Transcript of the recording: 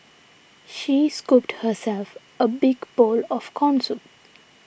she scooped herself a big bowl of Corn Soup